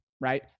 right